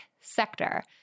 sector